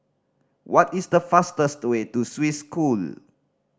what is the fastest way to Swiss School